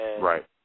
Right